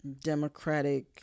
democratic